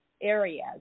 areas